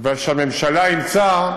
שהממשלה אימצה,